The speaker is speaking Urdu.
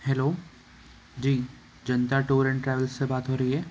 ہیلو جی جنتا ٹور اینڈ ٹریول سے بات ہو رہی ہے